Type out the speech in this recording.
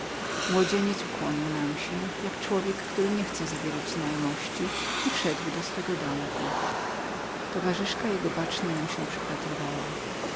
młodzieniec ukłonił nam się jak człowiek który nie chce zabierać znajomości i wszedł do swego domku towarzyszka jego bacznie nam się